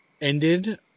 ended